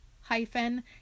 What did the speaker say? hyphen